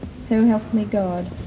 so help me god.